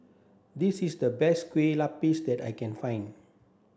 this is the best Kue Lupis that I can find